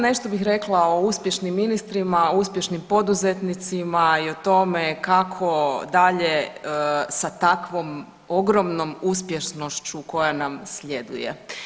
Nešto bih rekla o uspješnim ministrima, uspješnim poduzetnicima i o tome kako dalje sa takvom ogromnom uspješnošću koja nam sljeduje.